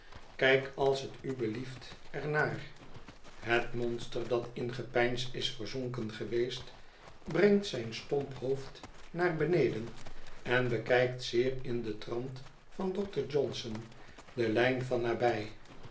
kijk als t u belieft er naar het monster dat in gepeins is verzonken geweest brengt zijn stomp hoofd naar benedon en bekijkt zeer in den trant van doctor johnson de lijn van nabij